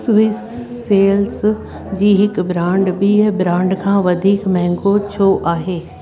Swiss sales जी हिकु brand ॿी ब्रांड खां वधीक महांगो छो आहे